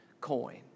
coin